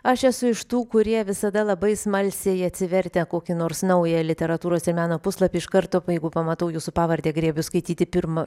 aš esu iš tų kurie visada labai smalsiai atsivertę kokį nors naują literatūros ir meno puslapį iš karto jeigu pamatau jūsų pavardę griebiu skaityti pirmu